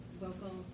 vocal